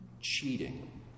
cheating